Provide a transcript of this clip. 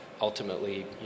ultimately